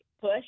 push